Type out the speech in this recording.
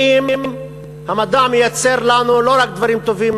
האם המדע מייצר לנו לא רק דברים טובים,